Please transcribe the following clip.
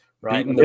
right